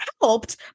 helped